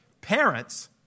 Parents